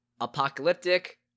apocalyptic